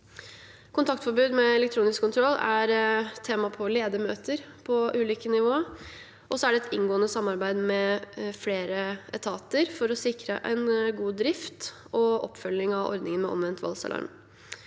Kontaktforbud med elektronisk kontroll er et tema på ledermøter på ulike nivåer. Så er det et inngående samarbeid med flere etater for å sikre en god drift og oppfølging av ordningen med omvendt voldsalarm.